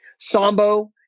Sambo